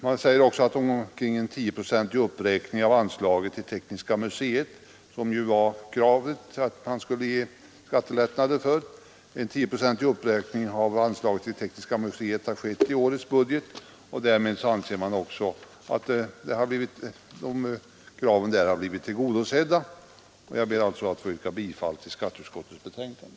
Motionärerna kräver skattelättnader för bidrag till Tekniska museet, men i och med att en tioprocentig uppräkning har skett i årets budget anser utskottet att motionärernas krav har blivit tillgodosedda. Jag ber alltså, fru talman, att få yrka bifall till skatteutskottets betänkande.